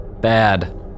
bad